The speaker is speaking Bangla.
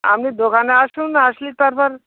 আপনি দোকানে আসুন আসলে তারপর